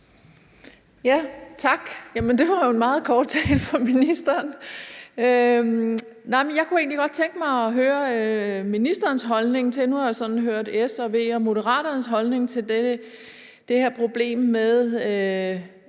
Tak. Det var en meget kort tale fra ministeren. Jeg kunne egentlig godt tænke mig at høre ministerens holdning. Nu har jeg sådan